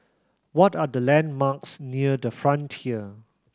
what are the landmarks near The Frontier